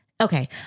Okay